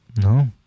No